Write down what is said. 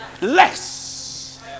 less